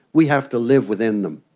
we have to live within them.